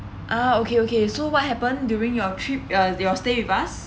ah okay okay so what happenned during your trip uh your stay with us